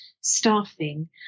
staffing